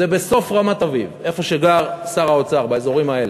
בסוף רמת-אביב, איפה שגר שר האוצר, באזורים האלה.